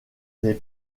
des